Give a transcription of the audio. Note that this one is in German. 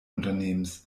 unternehmens